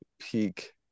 peak